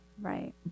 Right